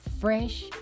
fresh